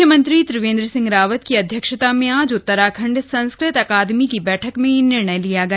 म्ख्यमंत्री त्रिवेन्द्र सिंह रावत की अध्यक्षता में आज उत्तराखंड संस्कृत अकादमी की बैठक में यह निर्णय लिया गया